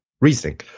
reasoning